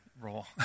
role